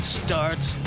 starts